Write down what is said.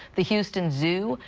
the houston zoo.